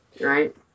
right